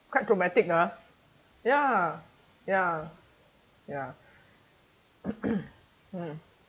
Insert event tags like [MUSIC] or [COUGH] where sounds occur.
quite dramatic ah ya ya ya [COUGHS] mm